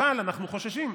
אבל אנחנו חוששים,